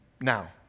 now